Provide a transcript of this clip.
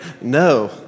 no